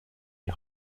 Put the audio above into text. die